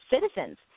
citizens